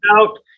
out